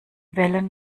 wellen